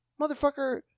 motherfucker